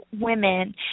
women